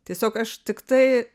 tiesiog aš tiktai